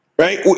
Right